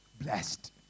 Blessed